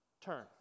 turn